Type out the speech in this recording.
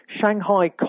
Shanghai